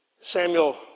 Samuel